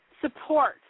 support